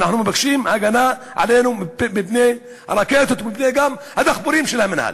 אנחנו מבקשים הגנה עלינו מפני הרקטות וגם מפני הדחפורים של המינהל.